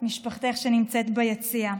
משפחתך שנמצאת ביציע.